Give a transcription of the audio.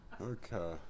Okay